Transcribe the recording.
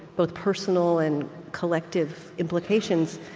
both personal and collective, implications.